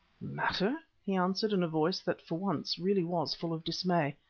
matter! he answered in a voice that for once really was full of dismay.